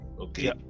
Okay